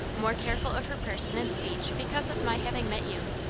more careful of her person and speech because of my having met you.